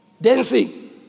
dancing